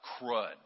crud